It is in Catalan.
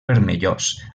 vermellós